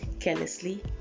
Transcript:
carelessly